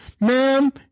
Ma'am